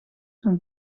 van